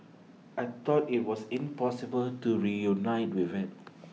I thought IT was impossible to reunited with IT